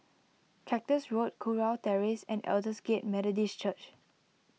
Cactus Road Kurau Terrace and Aldersgate Methodist Church